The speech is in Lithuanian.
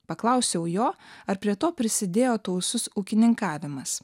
paklausiau jo ar prie to prisidėjo tausus ūkininkavimas